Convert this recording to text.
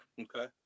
Okay